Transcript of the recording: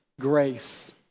grace